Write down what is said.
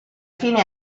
fine